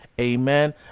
amen